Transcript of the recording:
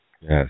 Yes